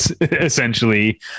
essentially